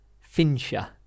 Fincher